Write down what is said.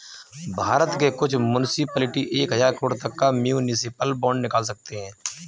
भारत के कुछ मुन्सिपलिटी एक हज़ार करोड़ तक का म्युनिसिपल बांड निकाल सकते हैं